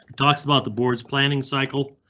talks about the board's planning cycle,